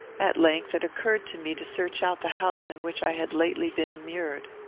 at length, it occurred to me to search out the house in which i had lately been immured.